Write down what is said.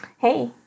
Hey